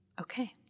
Okay